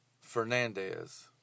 Fernandez